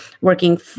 working